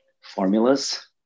formulas